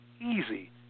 easy